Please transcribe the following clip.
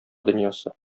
дөньясы